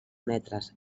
metres